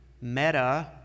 meta